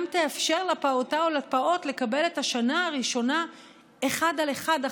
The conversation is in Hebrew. גם תאפשר לפעוטה או לפעוט לקבל את השנה הראשונה אחד על אחד,